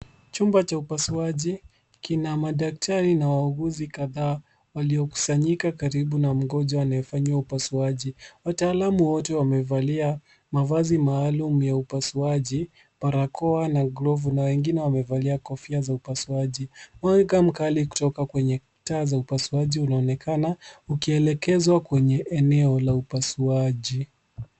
Chumba cha upasuaji kina madaktari na wauguzi kadhaa waliokusanyika karibu na mgonjwa anayefanywa upasuaji. Wataalamu wote wamevalia mavazi maalumu ya upasuaji, barakoa na glovu na wengine wamevalia kofia za upasuaji. Mwanga mkali kutoka kwenye taa za upasuaji unaonekana ukielekezwa kwenye eneo la upasuaji.